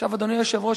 אדוני היושב-ראש,